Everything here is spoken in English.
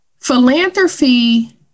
Philanthropy